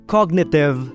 Cognitive